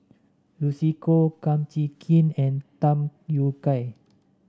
Lucy Koh Kum Chee Kin and Tham Yui Kai